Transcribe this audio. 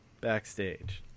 Backstage